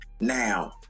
now